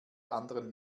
anderen